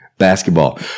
Basketball